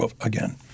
again